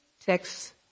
text